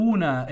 Una